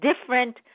different